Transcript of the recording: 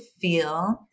feel